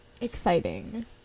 exciting